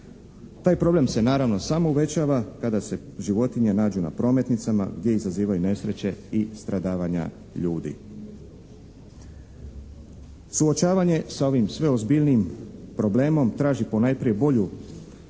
Taj problem se naravno sam uvećava kada se životinje nađu na prometnicama gdje izazivaju nesreće i stradavanja ljudi. Suočavanje sa ovim sve ozbiljnijim problemom traži ponajprije bolju